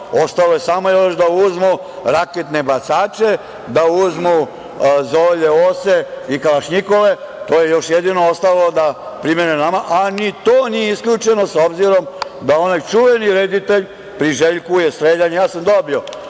Ostalo je samo još da uzmu raketne bacače, da uzmu zolje, ose i kalašnjikove, to je još jedino ostalo da primene na nama, a ni to nije isključeno, s obzirom da onaj čuveni reditelj priželjkuje streljanje. Ja sam dobio